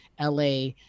la